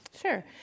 Sure